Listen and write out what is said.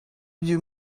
you